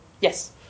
Yes